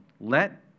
let